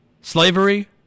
slavery